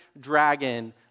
dragon